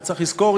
שצריך לזכור,